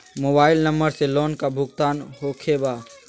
Mobile number से loan का भुगतान होखे बा?